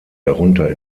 darunter